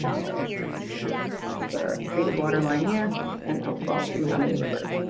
so, that's that's the treated water line here and outflow to menominee river.